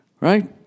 Right